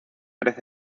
trece